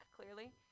clearly